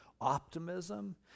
optimism